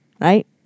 right